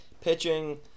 pitching